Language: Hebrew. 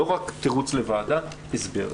לא רק תירוץ לוועדה, הסבר.